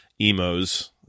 emos